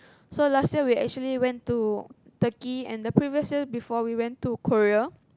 so last year we actually went to Turkey and the previous year before we went to Korea